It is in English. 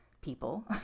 people